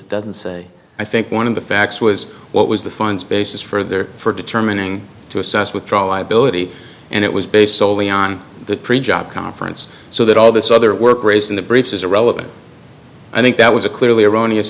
it doesn't say i think one of the facts was what was the fines basis for their for determining to assess withdraw liability and it was based soley on the job conference so that all this other work raised in the briefs is irrelevant i think that was a clearly erroneous